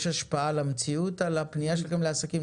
יש השפעה למציאות על הפנייה שלכם לעסקים?